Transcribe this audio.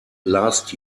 last